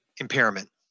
impairment